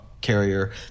carrier